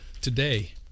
Today